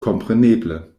kompreneble